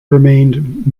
remained